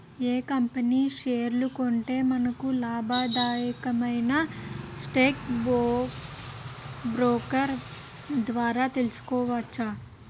ఏ company షేర్లు కొంటే మనకు లాభాదాయకమో స్టాక్ బ్రోకర్ ద్వారా తెలుసుకోవచ్చు